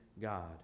God